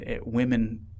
women